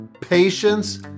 patience